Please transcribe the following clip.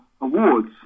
Awards